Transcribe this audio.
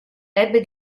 ebbe